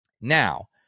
Now